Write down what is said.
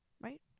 right